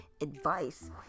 advice